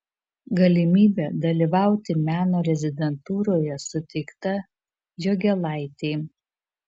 galimybė dalyvauti meno rezidentūroje suteikta jogėlaitei